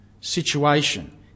situation